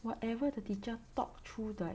whatever the teacher talk through the